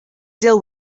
deal